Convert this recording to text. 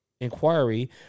inquiry